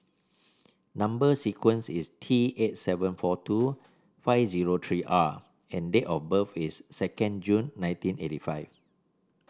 number sequence is T eight seven four two five zero three R and date of birth is second June nineteen eighty five